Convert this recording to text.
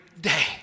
day